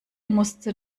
musste